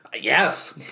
yes